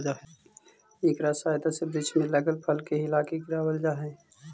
इकरा सहायता से वृक्ष में लगल फल के हिलाके गिरावाल जा हई